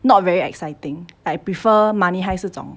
not very exciting I prefer money heist 这种